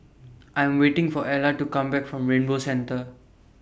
I Am waiting For Ella to Come Back from Rainbow Centre